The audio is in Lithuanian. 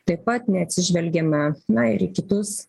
taip pat neatsižvelgiama na ir į kitus